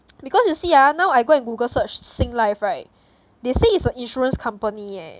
because you see ah now I go and google search sing life right they say is a insurance company eh